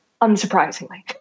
unsurprisingly